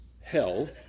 hell